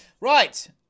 Right